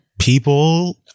people